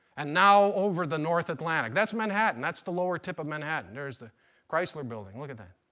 and now over the north atlantic. that's manhattan. that's the lower tip of manhattan. there's the chrysler building, look at that.